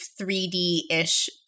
3D-ish